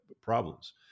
problems